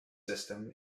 system